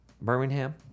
Birmingham